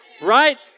right